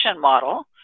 model